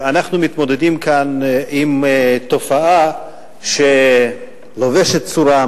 אנחנו מתמודדים כאן עם תופעה שלובשת צורה,